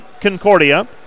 Concordia